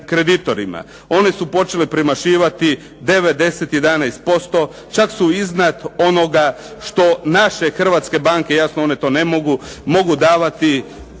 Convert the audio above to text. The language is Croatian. One su počele premašivati 9,10,11%. Čak su iznad onoga što naše hrvatske banke jasno one to ne mogu, mogu davati